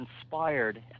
inspired